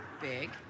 Big